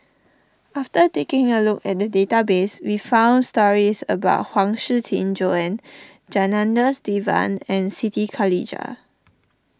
after taking a look at the database we found stories about Huang Shiqi Joan Janadas Devan and Siti Khalijah